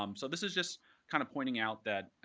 um so this is just kind of pointing out that,